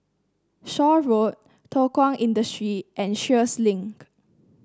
Shaw Road Thow Kwang Industry and Sheares Link